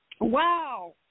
Wow